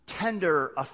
tender